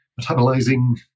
metabolizing